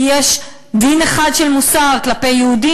כי יש דין אחד של מוסר כלפי